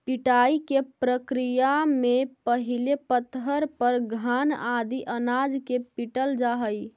पिटाई के प्रक्रिया में पहिले पत्थर पर घान आदि अनाज के पीटल जा हइ